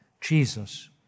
Jesus